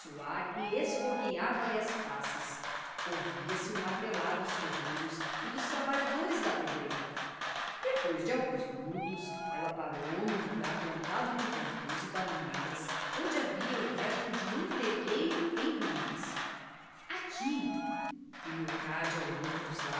suar e esfogueava lhe as faces ouvia-se o martelar dos ferreiros e dos trabalhadores da pedreira depois de alguns minutos ela parou num lugar plantado de bambus e bananeiras onde havia o resto de um telheiro em ruínas aqui e leocádia olhou para os